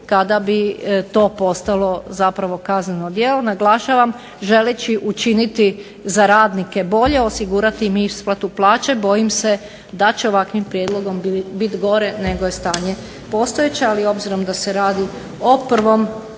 kada bi to postalo zapravo kazneno djelo. Naglašavam, želeći učiniti za radnike bolje, osigurati im isplatu plaće bojim se da će ovakvim prijedlogom biti gore nego je stanje postojeće, ali obzirom da se radi o prvom